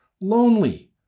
lonely